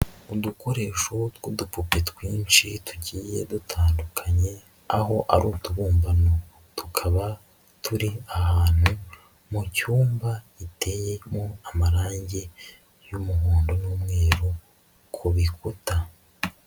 Udukoresho tw'udupupe twinshi tugiye dutandukanye, aho ari utubumbano, tukaba turi ahantu mu cyumba giteyemo amarangi y'umuhondo n'umweru ku bikuta.